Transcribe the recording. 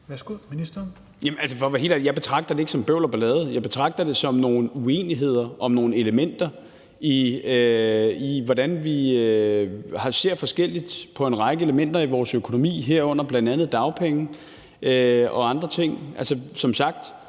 være helt ærlig: Jeg betragter det ikke som bøvl og ballade. Jeg betragter det som nogle uenigheder om nogle elementer, og at vi ser forskelligt på en række elementer i vores økonomi, herunder bl.a. dagpenge og andre ting.